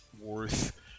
worth